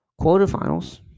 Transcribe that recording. quarterfinals